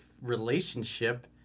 relationship